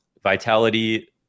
Vitality